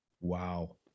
Wow